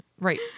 right